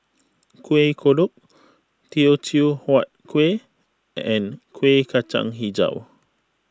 Kuih Kodok Teochew Huat Kuih and Kuih Kacang HiJau